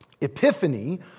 Epiphany